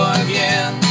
again